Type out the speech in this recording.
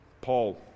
Paul